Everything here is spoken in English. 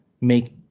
make